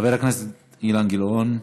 חבר הכנסת אילן גילאון.